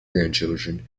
grandchildren